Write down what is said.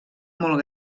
molt